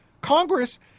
Congress